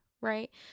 right